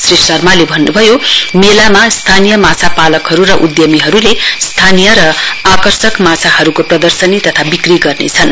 श्री शर्माले भन्नुभयो मेलामा स्थानीय माछापालकहरु उद्यमीहरुले स्थानीय र आकर्षक माछाहरुको प्रदर्शनी तथा विक्री गर्नेछन्